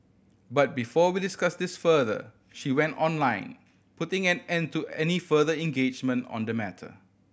but before we discuss this further she went online putting an end to any further engagement on the matter